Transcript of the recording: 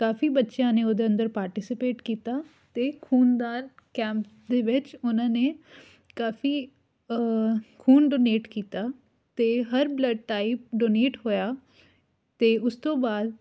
ਕਾਫੀ ਬੱਚਿਆਂ ਨੇ ਉਹਦੇ ਅੰਦਰ ਪਾਰਟੀਸਪੇਟ ਕੀਤਾ ਅਤੇ ਖੂਨਦਾਨ ਕੈਂਪ ਦੇ ਵਿੱਚ ਉਹਨਾਂ ਨੇ ਕਾਫੀ ਖੂਨ ਡੋਨੇਟ ਕੀਤਾ ਅਤੇ ਹਰ ਬਲੱਡ ਟਾਈਪ ਡੋਨੇਟ ਹੋਇਆ ਅਤੇ ਉਸ ਤੋਂ ਬਾਅਦ